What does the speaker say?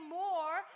more